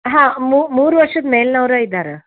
ಹಾಂ ಮೂರು ವರ್ಷದ ಮೇಲ್ನವ್ರು ಇದಾರೆ